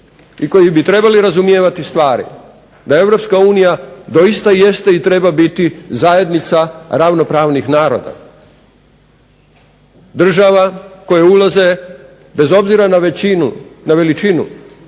i koji bi trebali razumijevati stvari da Europska unija doista jeste i treba biti zajednica ravnopravnih naroda država koje ulaze bez obzira na veličinu,